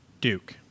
Duke